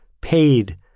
paid